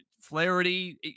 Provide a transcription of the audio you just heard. Flaherty